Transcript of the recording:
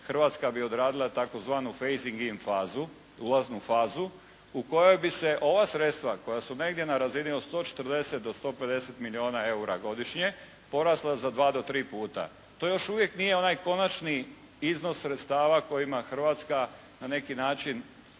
Hrvatska bi odradila tzv. faising in fazu, ulaznu fazu u kojoj bi se ova sredstva koja su negdje na razini od 140 do 150 milijuna eura godišnje porasla za dva do tri puta. To još uvijek nije onaj konačni izvor sredstava kojima Hrvatska na neki način